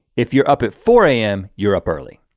if you're up at four am, you're up early.